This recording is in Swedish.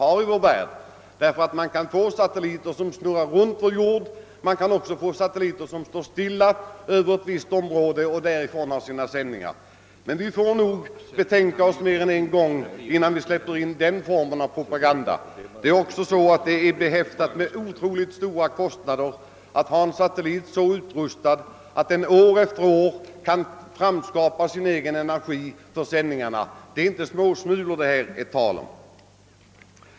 Man kan nämligen få satelliter som snurrar runt vår jord och sådana som står stilla över ett visst område. Men vi får nog betänka oss mer än en gång innan vi släpper in den formen av propaganda. Det är också behäftat med otroligt stora kostnader att ha en satellit som är så utrustad att den år efter år kan skapa sin egen energi för sändningar — det är inte småsmulor det är fråga om.